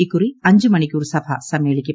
ഇക്കുറി അഞ്ച് മണിക്കൂർ സഭ സമ്മേളിക്കും